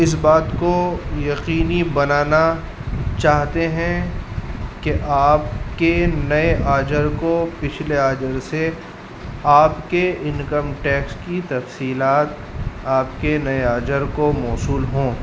اس بات کو یقینی بنانا چاہتے ہیں کہ آپ کے نئے آجر کو پچھلے آاجر سے آپ کے انکم ٹیکس کی تفصیلات آپ کے نئے آاجر کو موصول ہوں